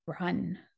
run